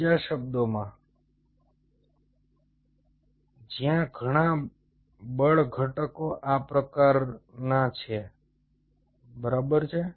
બીજા શબ્દોમાં જ્યાં બધા બળ ઘટકો આ પ્રકારના છે બરાબર છે